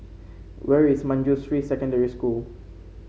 where is Manjusri Secondary School